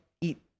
eat